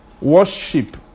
Worship